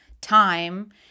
time